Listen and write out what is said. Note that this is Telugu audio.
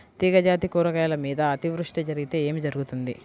తీగజాతి కూరగాయల మీద అతివృష్టి జరిగితే ఏమి జరుగుతుంది?